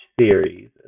series